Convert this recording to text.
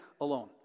alone